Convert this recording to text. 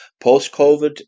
post-COVID